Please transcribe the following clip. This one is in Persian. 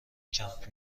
کمپ